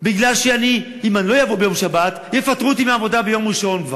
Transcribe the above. כי אם אני לא אבוא בשבת יפטרו אותי מהעבודה כבר ביום ראשון.